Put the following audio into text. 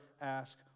ask